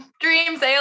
Dreams